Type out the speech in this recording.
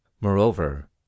Moreover